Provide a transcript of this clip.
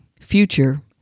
future